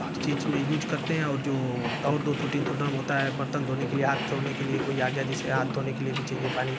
हर चीज़ में यूज करते हैं और जो और दो ठो तीन ठो ड्रम होता है बर्तन धोने के लिए हाथ धोने के लिए कोई आ गया जैसे हाथ धोने के लिए भी चाहिए पानी